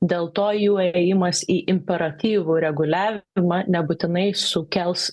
dėl to jų ėjimas į imperatyvų reguliavimą nebūtinai sukels